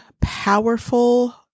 powerful